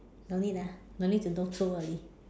don't need ah don't need to know so early